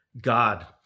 God